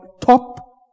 top